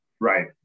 right